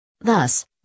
Thus